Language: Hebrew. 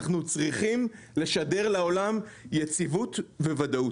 אנחנו צריכים לשדר לעולם יציבות וודאות.